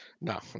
No